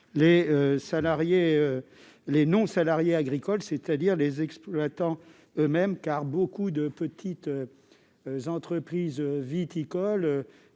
les non-salariés agricoles, c'est-à-dire les exploitants eux-mêmes, car beaucoup de petites entreprises viticoles